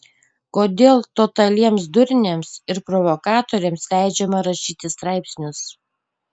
kodėl totaliems durniams ir provokatoriams leidžiama rašyti straipsnius